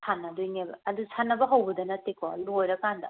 ꯁꯥꯟꯅꯒꯗꯣꯏꯅꯦꯕ ꯑꯗꯨ ꯁꯥꯟꯅꯕ ꯍꯧꯕꯗ ꯅꯠꯇꯦꯀꯣ ꯂꯣꯏꯔꯀꯥꯟꯗ